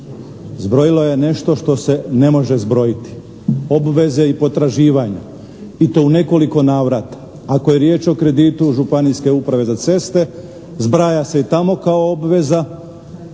Zbrojilo je nešto što se ne može zbrojiti. Obveze i potraživanja i to u nekoliko navrata. Ako je riječ o kreditu Županijske uprave za ceste zbraja se i tamo kao obveza